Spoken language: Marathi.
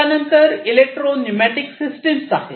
त्यानंतर इलेक्ट्रो न्यूमॅटिक सिस्टम आहेत